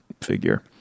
figure